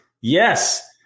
Yes